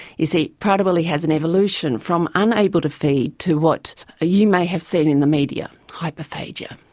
you see prader-willi has an evolution from unable to feed to what ah you may have seen in the media hyperphagia.